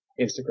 Instagram